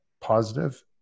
positive